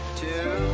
two